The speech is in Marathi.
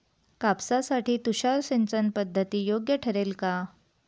कापसासाठी तुषार सिंचनपद्धती योग्य ठरेल का?